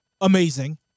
amazing